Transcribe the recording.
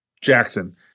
Jackson